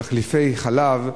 תחליפי חלב אם,